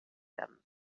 them